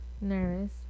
nervous